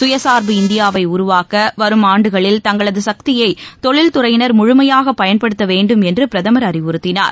சுயசார்பு இந்தியாவை உருவாக்க வரும் ஆண்டுகளில் தங்களது சக்தியை தொழில்துறையினர் முழுமையாக பயன்படுத்த வேண்டும் என்று பிரதமர் அறிவுறுத்தினார்